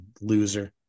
loser